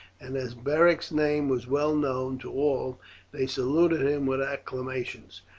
and as beric's name was well known to all they saluted him with acclamations.